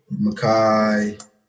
Makai